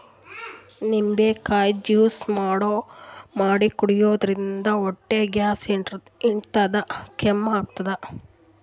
ನಿಂಬಿಕಾಯಿ ಜ್ಯೂಸ್ ಮಾಡ್ಕೊಂಡ್ ಕುಡ್ಯದ್ರಿನ್ದ ಹೊಟ್ಟಿ ಗ್ಯಾಸ್ ಹಿಡದ್ರ್ ಕಮ್ಮಿ ಆತದ್